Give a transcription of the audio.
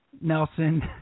Nelson